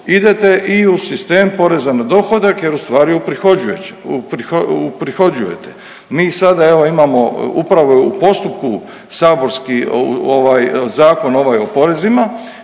idete i u sistem poreza na dohodak jer u stvari uprihođujete. Mi sada evo imamo upravo u postupku saborski ovaj zakon ovaj o porezima